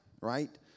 right